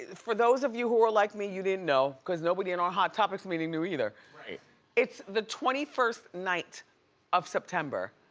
for those of you who are like me, you didn't know, cause nobody in our hot topics meeting knew either, it's the twenty first night of september.